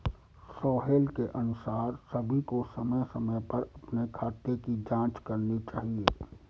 सोहेल के अनुसार सभी को समय समय पर अपने खाते की जांच करनी चाहिए